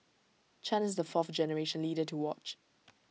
chan is the fourth generation leader to watch